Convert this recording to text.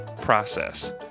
process